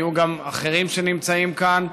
והיו גם אחרים שנמצאים כאן.